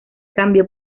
cambio